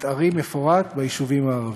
מתארי מפורט ביישובים הערביים.